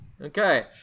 Okay